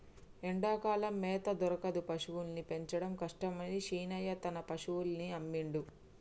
ఎండాకాలం మేత దొరకదు పశువుల్ని పెంచడం కష్టమని శీనయ్య తన పశువుల్ని అమ్మిండు